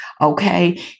Okay